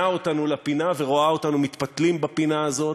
אותנו לפינה ורואה אותנו מתפתלים בפינה הזאת.